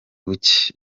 buke